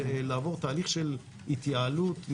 לעבור תהליך של התייעלות,